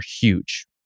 huge